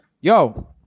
Yo